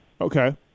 okay